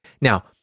Now